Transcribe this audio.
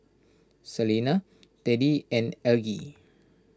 Selena Teddie and Algie